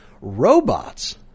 Robots